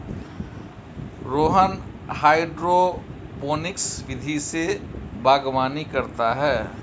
Rohan hydroponics विधि से बागवानी करता है